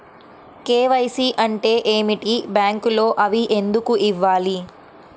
KYC అంటే ఏమిటి? బ్యాంకులో అవి ఎందుకు ఇవ్వాలి?